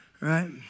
right